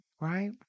Right